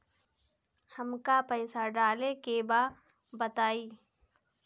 हमका पइसा डाले के बा बताई